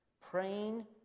Praying